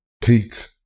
take